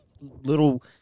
little